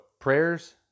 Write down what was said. prayers